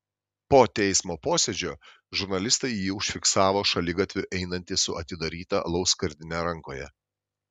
po teismo posėdžio žurnalistai jį užfiksavo šaligatviu einantį su atidaryta alaus skardine rankoje